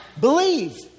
Believe